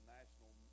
National